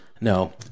No